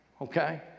okay